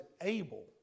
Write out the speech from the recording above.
able